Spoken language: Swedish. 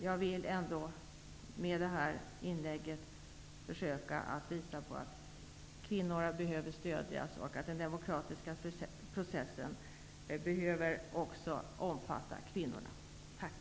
Jag vill med detta inlägg försöka visa på att kvinnor behöver stödjas och att den demokratiska processen också måste omfatta kvinnorna.